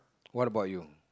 what about you